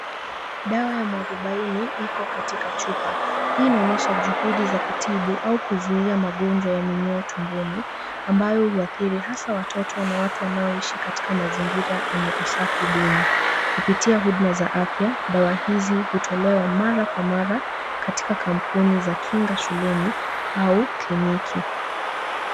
Dawa ya mwarubaini iko katika chupa. Hii inaonyesha juhudi za kutibu au kuzuia magonjwa ya minyoo tumboni, ambayo huathiri hasa watoto na watu wanaoishi katika mazingira yenye usafi duni. Kupitia huduma za afya, dawa hizi hutolewa mara kwa mara, katika kampuni za kinga shuleni, au kliniki.